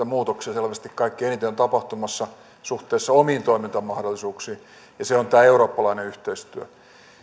muutoksia selvästi kaikkein eniten on tapahtumassa suhteessa omiin toimintamahdollisuuksiin ja se on tämä eurooppalainen yhteistyö